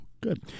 Good